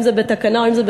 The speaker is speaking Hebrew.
אם בתקנה או אם בחקיקה,